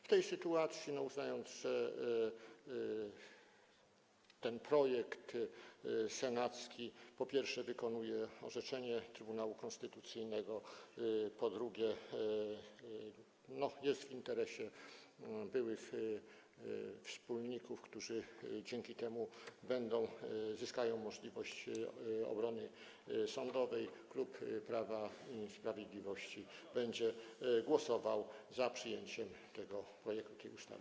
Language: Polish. W tej sytuacji, uznając, że ten projekt senacki, po pierwsze, wykonuje orzeczenie Trybunału Konstytucyjnego, po drugie, jest w interesie byłych wspólników, którzy dzięki temu zyskają możliwość obrony sądowej, klub Prawa i Sprawiedliwości będzie głosował za przyjęciem projektu tej ustawy.